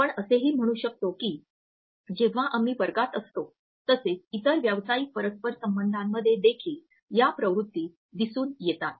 आपण असेही म्हणू शकतो की जेव्हा आम्ही वर्गात असतो तसेच इतर व्यावसायिक परस्पर संबंधांमध्ये देखील या प्रवृत्ती दिसून येतात